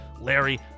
Larry